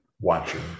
watching